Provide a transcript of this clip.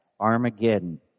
Armageddon